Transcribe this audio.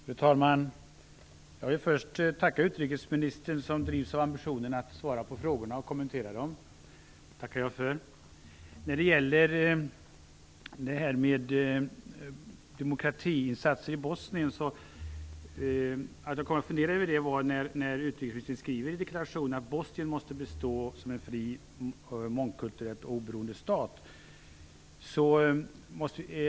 Fru talman! Jag vill först tacka utrikesministern som drivs av ambitionen att svara på frågorna och kommentera dem. Att jag kom att fundera över detta med demokratiinsatser i Bosnien beror på att utrikesministern i deklarationen skriver att Bosnien måste bestå som en fri, mångkulturellt oberoende stat.